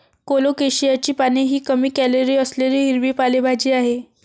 कोलोकेशियाची पाने ही कमी कॅलरी असलेली हिरवी पालेभाजी आहे